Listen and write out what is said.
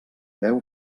veu